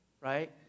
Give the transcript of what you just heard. right